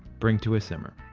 bring to a simmer.